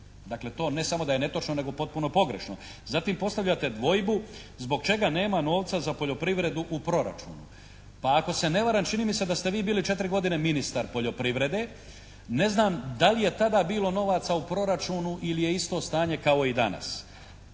Dakle to ne samo da je netočno nego potpuno pogrešno. Zatim postavljate dvojbu zbog čega nema novca za poljoprivredu u Proračunu? Pa ako se ne varam čini mi se da ste vi bili 4 godine ministar poljoprivrede. Ne znam da li je tada bilo novaca u Proračunu ili je isto stanje kao i danas.